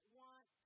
want